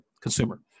consumer